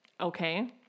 Okay